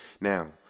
now